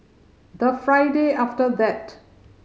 the Friday after that